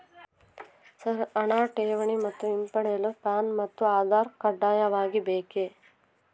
Sir ಹಣ ಠೇವಣಿ ಮತ್ತು ಹಿಂಪಡೆಯಲು ಪ್ಯಾನ್ ಮತ್ತು ಆಧಾರ್ ಕಡ್ಡಾಯವಾಗಿ ಬೇಕೆ?